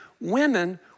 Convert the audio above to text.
women